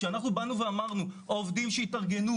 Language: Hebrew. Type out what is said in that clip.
כשאמרנו שהילכו אימים על עובדים שהתארגנו